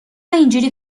اینجوری